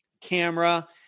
camera